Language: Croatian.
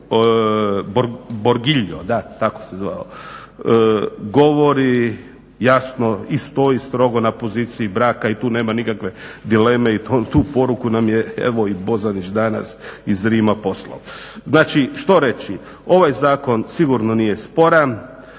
Bergoglio, tako se zvao, govori jasno i stoji strogo na poziciji braka i tu nema nikakve dileme i tu poruku nam je evo i Bozanić danas iz Rima poslao. Znači što reći, ovaj zakon sigurno nije sporan,